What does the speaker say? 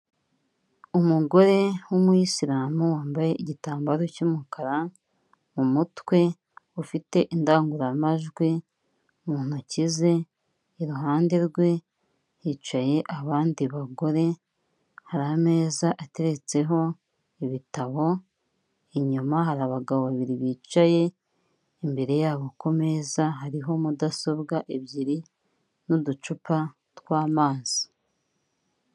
Umugore w'umwisilamu wambaye igitambaro cy'umukara mu mutwe ufite indangururamajwi mu ntoki ze, iruhande rwe hicaye abandi bagore hari ameza ateretseho ibitabo, inyuma hari abagabo babiri bicaye imbere yabo kumeza hariho mudasobwa ebyiri n'uducupa tw'amazi.